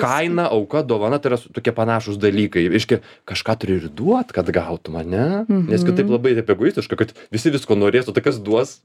kaina auka dovana tai yra tokie panašūs dalykai reiškia kažką turi ir duot kad gautum ane nes kitaip labai taip egoistiška kad visi visko norės o tai kas duos